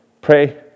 Pray